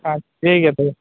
ᱴᱷᱤᱠ ᱜᱮᱭᱟ ᱛᱚᱵᱮ